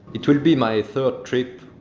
it wil be my third trip